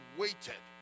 waited